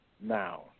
now